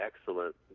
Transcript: excellent